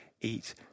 eat